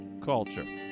culture